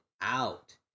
out